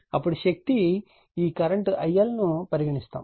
అప్పుడు శక్తి ఈ కరెంట్ ను IL అని పరిగణిస్తాము